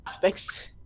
thanks